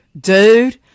dude